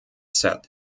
set